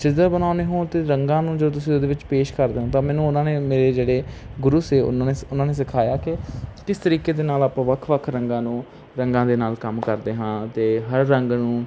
ਚੀਜ਼ਾਂ ਬਣਾਉਂਦੇ ਹੋ ਅਤੇ ਰੰਗਾਂ ਨੂੰ ਜਦੋਂ ਤੁਸੀਂ ਉਹਦੇ ਵਿੱਚ ਪੇਸ਼ ਕਰਦੇ ਹੋ ਤਾਂ ਮੈਨੂੰ ਉਨ੍ਹਾਂ ਨੇ ਮੇਰੇ ਜਿਹੜੇ ਗੁਰੂ ਸੀ ਉਨ੍ਹਾਂ ਨੇ ਉਨ੍ਹਾਂ ਨੇ ਸਿਖਾਇਆ ਕਿ ਕਿਸ ਤਰੀਕੇ ਦੇ ਨਾਲ ਆਪਾਂ ਵੱਖ ਵੱਖ ਰੰਗਾਂ ਨੂੰ ਰੰਗਾਂ ਦੇ ਨਾਲ ਕੰਮ ਕਰਦੇ ਹਾਂ ਅਤੇ ਹਰ ਰੰਗ ਨੂੰ